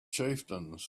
chieftains